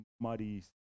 muddy